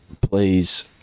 Please